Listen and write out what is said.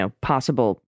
possible